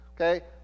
okay